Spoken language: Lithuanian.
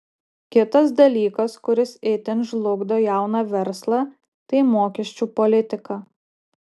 kitas dalykas kuris itin žlugdo jauną verslą tai mokesčių politika